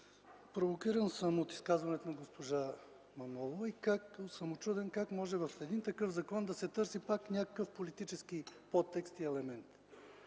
Провокиран съм от изказването на госпожа Манолова и съм учуден как може в един такъв закон да се търси пак някакъв политически подтекст и елемент.